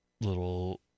little